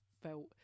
felt